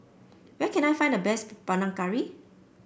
where can I find the best Panang Curry